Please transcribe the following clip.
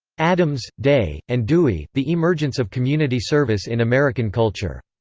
addams, day, and dewey the emergence of community service in american culture.